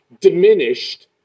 diminished